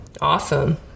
Awesome